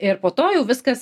ir po to jau viskas